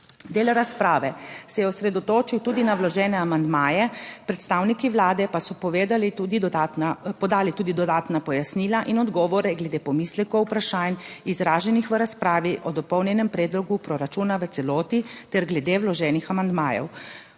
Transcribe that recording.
Del razprave se je osredotočil tudi na vložene amandmaje, predstavniki Vlade pa so povedali tudi podali tudi dodatna pojasnila in odgovore glede pomislekov vprašanj izraženih v razpravi o dopolnjenem predlogu proračuna v celoti ter glede vloženih amandmajev.